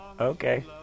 okay